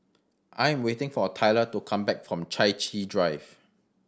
I'm waiting for Tylor to come back from Chai Chee Drive